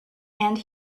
and